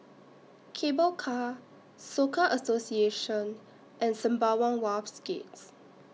Cable Car Soka Association and Sembawang Wharves Gate